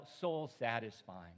soul-satisfying